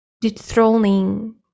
dethroning